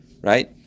right